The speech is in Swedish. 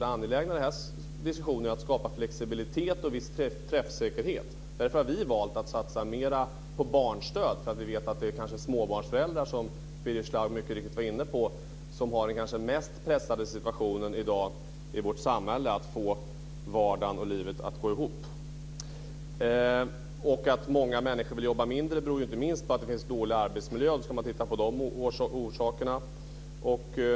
Det angelägna i den här diskussionen är att skapa flexibilitet och viss träffsäkerhet. Därför har vi valt att satsa mer på barnstöd. Vi vet att det är småbarnsföräldrar, som Birger Schlaug mycket riktigt var inne på, som kanske har den mest pressade situationen i dag i vårt samhälle för att få vardagen och livet att gå ihop. Att många människor vill jobba mindre beror ju inte minst på att det finns dåliga arbetsmiljöer. Då ska man titta på de orsakerna.